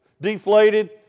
deflated